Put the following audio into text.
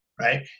Right